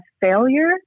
failure